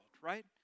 right